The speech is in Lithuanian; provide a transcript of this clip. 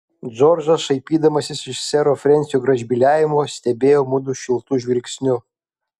džordžas šaipydamasis iš sero frensio gražbyliavimo stebėjo mudu šiltu žvilgsniu